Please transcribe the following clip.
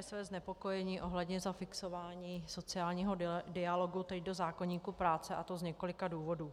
své znepokojení ohledně zafixování sociálního dialogu do zákoníku práce, a to z několika důvodů.